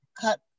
Cut